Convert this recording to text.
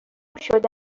شده